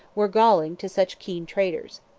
were galling to such keen traders.